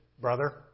brother